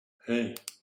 hey